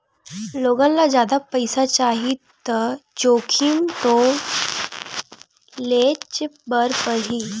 लोगन ल जादा पइसा चाही त जोखिम तो लेयेच बर परही